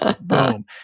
boom